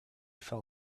fell